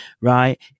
right